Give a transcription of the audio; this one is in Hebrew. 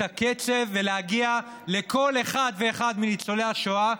הקצב ולהגיע לכל אחד ואחד מניצולי השואה,